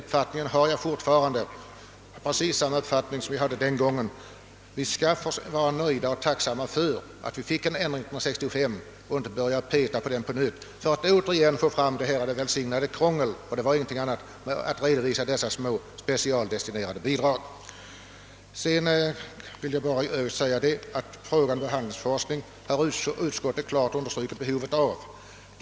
Jag har fortfarande precis samma uppfattning som den gången. Vi skall vara nöjda och tacksamma för att vi fick en ändring år 1965 och inte börja röra i frågan på nytt för att återigen drabbas av detta välsignade krångel — ty det var ingenting annat — med att redovisa dessa små specialdestinerade bidrag. Jag vill i övrigt framhålla att utskottet klart har understrukit behovet av behandlingsforskning.